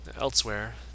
Elsewhere